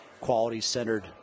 quality-centered